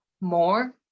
more